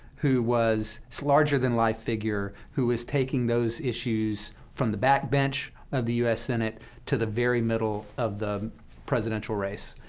who was a so larger-than-life figure, who was taking those issues from the back bench of the u s. senate to the very middle of the presidential race.